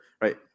right